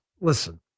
listen